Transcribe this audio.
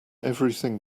everything